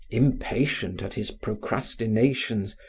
impatient at his procrastinations,